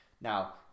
Now